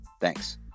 Thanks